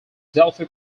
delphi